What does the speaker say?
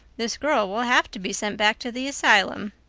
this girl will have to be sent back to the asylum.